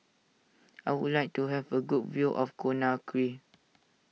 I would like to have a good view of Conakry